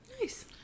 Nice